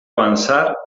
avançar